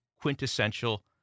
quintessential